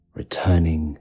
returning